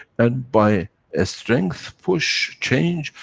and by a strength, push, change,